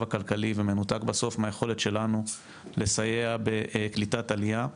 הכלכלי ומנותק בסוף מהיכולת שלנו לסייע בקליטת העלייה,